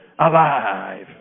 alive